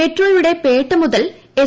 മെട്രോയുടെ പേട്ട മുതൽ എസ്